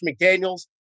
McDaniels